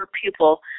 pupil